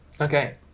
Okay